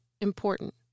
important